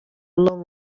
love